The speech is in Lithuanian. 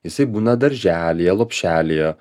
jisai būna darželyje lopšelyje